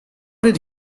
did